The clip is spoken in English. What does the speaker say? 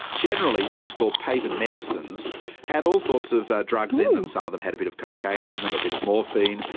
generally things called patent medicines had all sorts of drugs in them some of them had a bit of cocaine in them, a bit of morphine,